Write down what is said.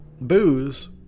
booze